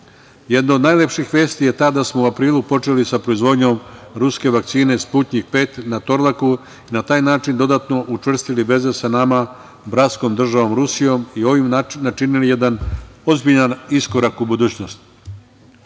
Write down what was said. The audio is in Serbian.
od najlepših vesti je ta da smo u aprilu počeli sa proizvodnjom ruske vakcine „Sputnjik V“ na Torlaku i na taj način dodatno učvrstili veze sa nama bratskom državom Rusijom i ovim načinili jedan ozbiljan iskorak u budućnost. Istakao